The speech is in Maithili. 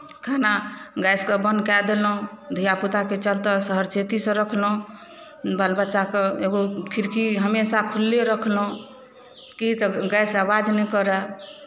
खाना गैसकेँ बन्द कए देलहुँ धियापुताके चलते सहरचेतीसँ रखलहुँ बाल बच्चाके एगो खिड़की हमेशा खुलले रखलहुँ की तऽ गैस आवाज नहि करय